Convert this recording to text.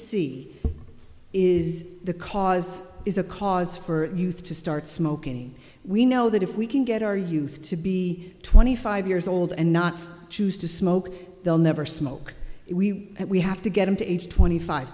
see is the cause is a cause for youth to start smoking we know that if we can get our youth to be twenty five years old and not choose to smoke they'll never smoke we we have to get them to age twenty five